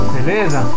Beleza